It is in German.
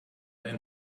ein